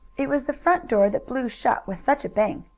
it was the front door that blew shut with such a bang,